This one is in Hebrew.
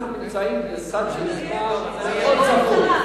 אנחנו נמצאים בסד של זמן מאוד קצר.